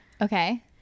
Okay